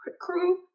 crew